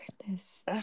goodness